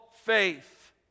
faith